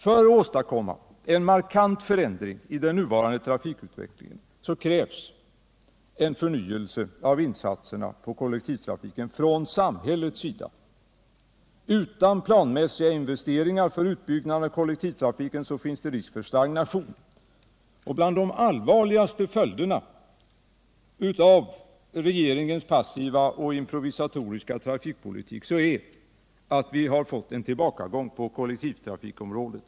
För att åstadkomma en markant förändring i den nuvarande trafikutvecklingen krävs en förnyelse av insatserna från samhällets sida på kollektivtrafiken. Utan planmässiga investeringar för utbyggnad av kollektivtrafiken finns det risk för stagnation. Bland de allvarligaste följderna av regeringens passiva och improvisoriska trafikpolitik är att vi har fått en tillbakagång på kollektivtrafikens område.